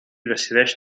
decideix